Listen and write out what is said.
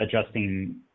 adjusting